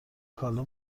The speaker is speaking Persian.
کالا